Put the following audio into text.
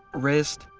wrist,